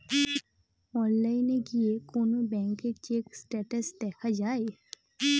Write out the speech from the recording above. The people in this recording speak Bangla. অনলাইনে গিয়ে কোন ব্যাঙ্কের চেক স্টেটাস দেখা যায়